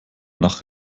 nach